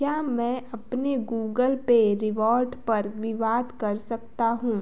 क्या मैं अपने गूगल पे रिवॉर्ड पर विवाद कर सकता हूँ